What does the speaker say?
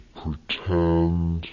pretend